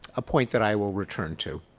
a point that i will return to.